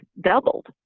doubled